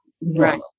Right